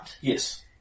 Yes